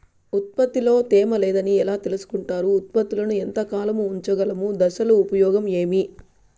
ఉత్పత్తి లో తేమ లేదని ఎలా తెలుసుకొంటారు ఉత్పత్తులను ఎంత కాలము ఉంచగలము దశలు ఉపయోగం ఏమి?